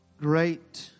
great